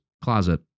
closet